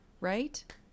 right